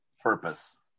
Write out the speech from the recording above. purpose